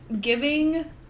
Giving